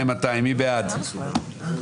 4 בעד,